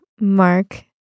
Mark